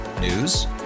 News